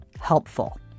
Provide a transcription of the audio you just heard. helpful